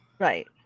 Right